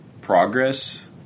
progress